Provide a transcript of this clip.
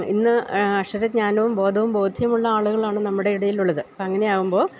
ഇന്ന് അക്ഷരജ്ഞാനവും ബോധവും ബോധ്യവുമുള്ള ആളുകളാണ് നമ്മുടെയിടയിലുള്ളത് അപ്പോള് അങ്ങനെയാകുമ്പോള്